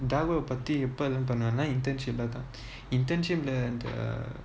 பத்தி:pathi internship பார்த்தேன்:parthen internship lah வந்து:vanthu